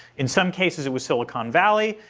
in some cases, it was silicon valley.